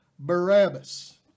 Barabbas